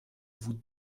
vous